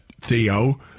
Theo